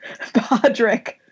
Podrick